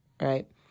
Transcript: right